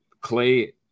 Clay